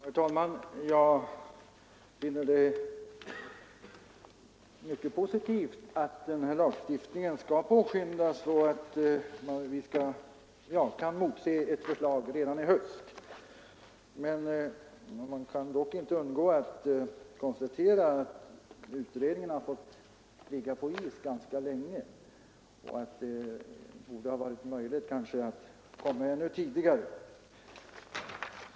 Herr talman! Jag finner det mycket positivt att denna lagstiftning skall påskyndas och att vi kan emotse ett förslag redan i höst. Man kan dock inte undgå att konstatera att utredningen har fått ligga på is ganska länge och att det nog borde ha varit möjligt att komma ännu tidigare.